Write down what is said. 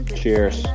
cheers